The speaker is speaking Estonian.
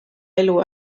elu